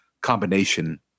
combination